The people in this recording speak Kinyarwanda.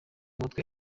mutwe